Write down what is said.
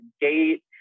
gate